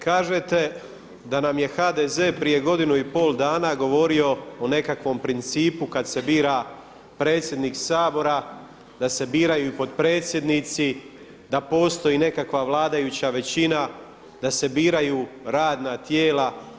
Kažete da nam je HDZ prije godinu i pol dana govorio o nekakvom principu kad se bira predsjednik Sabora da se biraju i potpredsjednici, da postoji nekakva vladajuća većina, da se biraju radna tijela.